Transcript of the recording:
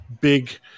big